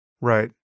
Right